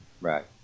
Right